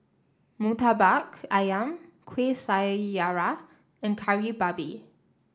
murtabak ayam Kuih Syara and Kari Babi